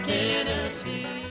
Tennessee